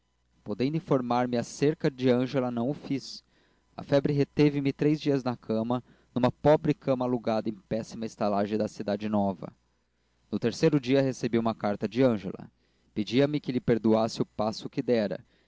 podendo informar me acerca de ângela não o fiz a febre reteve me três dias de cama numa pobre cama alugada em péssima estalagem da cidade nova no terceiro dia recebi uma carta de ângela pedia-me que lhe perdoasse o passo que dera